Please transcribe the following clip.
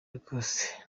rwose